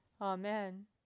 Amen